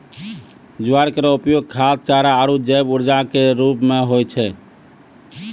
ज्वार केरो उपयोग खाद्य, चारा आरु जैव ऊर्जा क रूप म होय छै